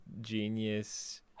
genius